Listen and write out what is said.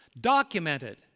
documented